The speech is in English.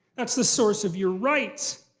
that's the source of your rights,